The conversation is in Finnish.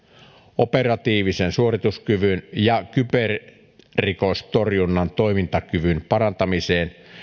operatiivisen suorituskyvyn ja kyberrikostorjunnan toimintakyvyn parantamiseen